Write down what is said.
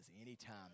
anytime